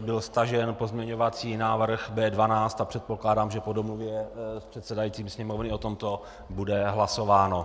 byl stažen pozměňovací návrh B12, a předpokládám, že po domluvě s předsedajícím Sněmovny o tomto bude hlasováno.